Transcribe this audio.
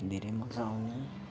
धेरै मजा आउने